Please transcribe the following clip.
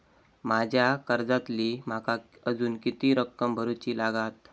माझ्या कर्जातली माका अजून किती रक्कम भरुची लागात?